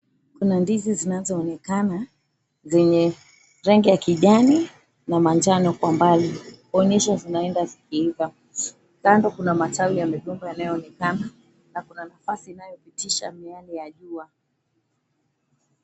Kuna ndizi zinazoonekana zenye rangi ya kijani wa manjano kwa mbali kuonyesha zinaenda kuiva. Kando kuna matawi ya migomba yanayoonekana na kuna nafasi inayopitisha miale ya jua.